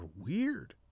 weird